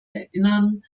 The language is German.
erinnern